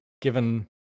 given